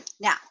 Now